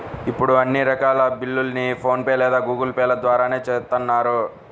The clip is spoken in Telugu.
ఇప్పుడు అన్ని రకాల బిల్లుల్ని ఫోన్ పే లేదా గూగుల్ పే ల ద్వారానే చేత్తన్నారు